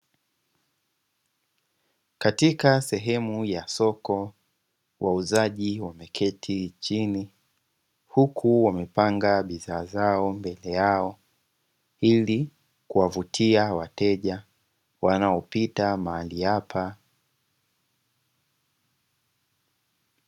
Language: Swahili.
Katika sehemu ya soko wauzaji wameketi chini, huku wamepanga bidhaa zao mbele yao ili kuwavutia wateja wanaopita mahali hapa.